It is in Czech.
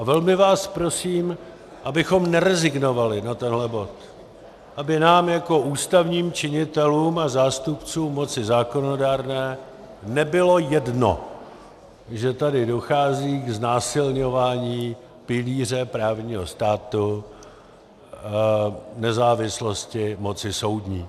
A velmi vás prosím, abychom nerezignovali na tenhle bod, aby nám jako ústavním činitelům a zástupcům moci zákonodárné nebylo jedno, že tady dochází k znásilňování pilíře právního státu, nezávislosti moci soudní.